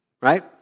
right